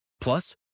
Plus